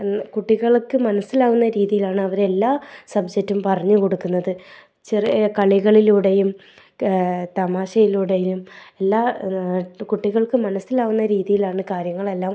കുട്ടിൾക്ക് മനസ്സിലാവുന്ന രീതിയിലാണ് അവർ എല്ലാ സബ്ജെക്റ്റും പറഞ്ഞു കൊടുക്കുന്നത് ചെറിയ കളികളിലൂടെയും തമാശയിലൂടെയും എല്ലാം കുട്ടികൾക്ക് മനസ്സിലാവുന്ന രീതിയിലാണ് കാര്യങ്ങളെല്ലാം